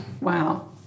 Wow